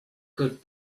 could